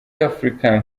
african